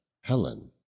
Helen